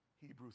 Hebrews